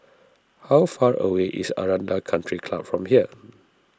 how far away is Aranda Country Club from here